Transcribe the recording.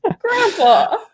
Grandpa